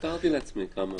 לא תיארתי לעצמי עד כמה.